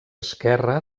esquerre